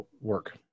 work